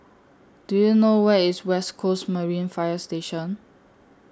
Do YOU know Where IS West Coast Marine Fire Station